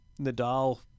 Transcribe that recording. Nadal